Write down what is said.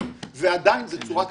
קשורים.